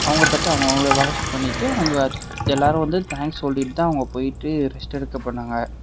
அவங்க தட்டை அவங்கவுங்களே வாஷ் பண்ணிட்டு அவங்க எல்லாரும் வந்து தேங்க்ஸ் சொல்லிட்டு தான் அவங்க போய்ட்டு ரெஸ்ட் எடுக்க போனாங்க